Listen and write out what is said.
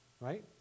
right